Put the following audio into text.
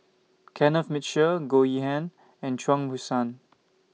Kenneth Mitchell Goh Yihan and Chuang Hui Tsuan